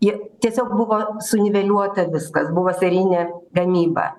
ji tiesiog buvo suniveliuota viskas buvo serijinė gamyba